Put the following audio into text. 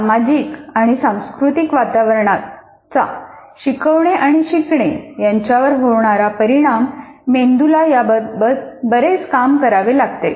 सामाजिक आणि सांस्कृतिक वातावरणाचा शिकवणे आणि शिकणे यांच्यावर होणारा परिणाम मेंदूला याबाबत बरेच काम करावे लागते